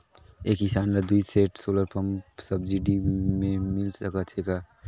एक किसान ल दुई सेट सोलर पम्प सब्सिडी मे मिल सकत हे का?